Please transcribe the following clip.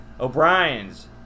O'Brien's